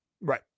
Right